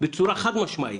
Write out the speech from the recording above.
בצורה חד-משמעית: